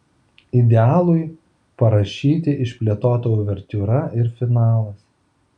idealui parašyti išplėtota uvertiūra ir finalas